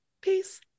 Peace